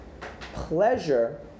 pleasure